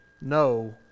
no